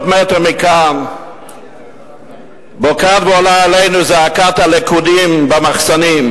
רק 300 מטר מכאן בוקעת ועולה אלינו זעקת הלכודים במחסנים.